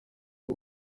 ari